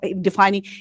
defining